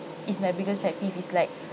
is my biggest pet peeve is like